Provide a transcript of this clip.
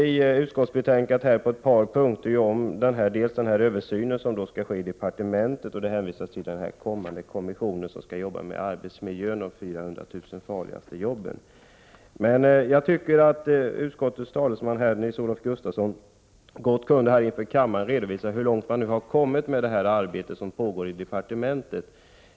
I utskottsbetänkandet hänvisas på ett par punkter dels till den översyn som skall ske i departementet, dels till den kommission som skall arbeta med arbetsmiljön när det gäller de 400 000 farligaste jobben. Jag tycker att utskottets talesman Nils-Olof Gustafsson gott kunde redovisa inför kammaren hur långt man nu har kommit med det arbete som pågår i departementet.